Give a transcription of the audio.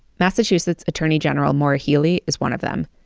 massachusetts attorney general maura healey is one of them.